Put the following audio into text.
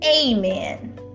Amen